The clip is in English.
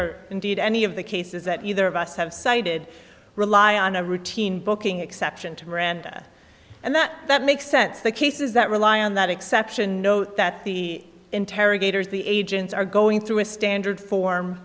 or indeed any of the cases that either of us have cited rely on a routine booking exception to miranda and that that makes sense the cases that rely on that exception note that the interrogators the agents are going through a standard form